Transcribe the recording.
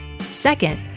Second